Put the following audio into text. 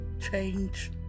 change